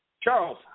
Charles